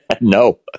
no